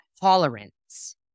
tolerance